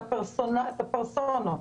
את הפרסונות.